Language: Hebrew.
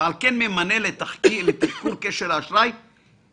ועל כן ממנה לתחקור את סגנו,